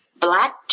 Black